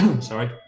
sorry